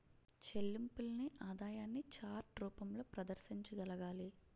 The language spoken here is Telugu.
చెల్లింపుల్ని ఆదాయాన్ని చార్ట్ రూపంలో ప్రదర్శించగలగాలి